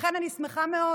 לכן אני שמחה מאוד